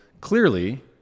clearly